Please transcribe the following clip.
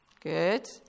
Good